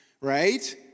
Right